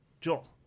Joel